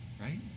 Right